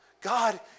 God